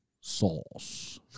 sauce